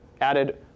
added